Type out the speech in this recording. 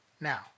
Now